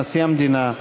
נשיא המדינה,